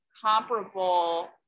comparable